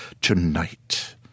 tonight